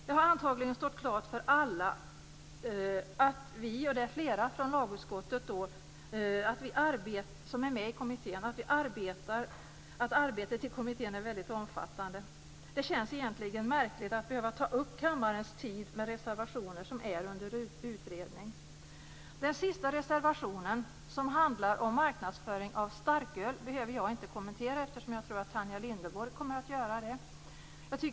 Det har antagligen stått klart för alla att arbetet i kommittén är väldigt omfattande. Flera från lagutskottet är med i kommittén. Det känns egentligen märkligt att behöva ta upp kammarens tid med reservationer i frågor som är under utredning. Den sista reservationen, som handlar om marknadsföring av starköl, behöver jag inte kommentera eftersom Tanja Linderborg kommer att göra det.